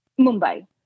Mumbai